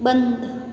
बंद